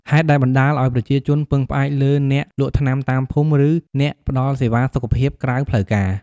ហេតុដែលបណ្ដាលឱ្យប្រជាជនពឹងផ្អែកលើអ្នកលក់ថ្នាំតាមភូមិ ឬអ្នកផ្ដល់សេវាសុខភាពក្រៅផ្លូវការ។